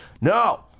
No